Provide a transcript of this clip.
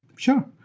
sure.